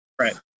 Right